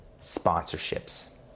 sponsorships